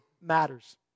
matters